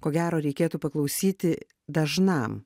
ko gero reikėtų paklausyti dažnam